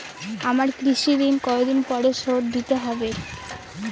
আমার কৃষিঋণ কতদিন পরে শোধ দিতে হবে?